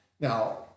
Now